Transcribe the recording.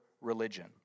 religion